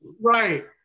Right